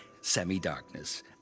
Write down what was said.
Semi-darkness